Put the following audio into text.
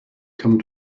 come